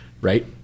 right